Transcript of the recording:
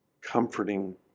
comforting